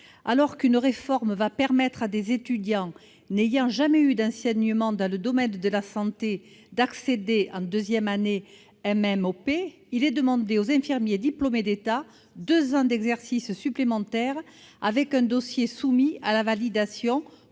alors qu'une réforme permettra à des étudiants n'ayant pas eu d'enseignement dans le domaine de la santé d'accéder en deuxième année de MMOP, il est demandé aux infirmiers diplômés d'État deux ans d'exercice supplémentaires et la validation